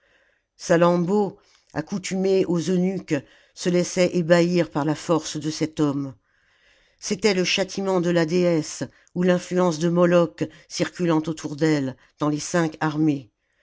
salammbô accoutumée aux eunuques se laissait ébahir par la force de cet homme c'était le châtiment de la déesse ou l'influence de moloch circulant autour d'elle dans les cinq armées